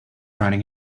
running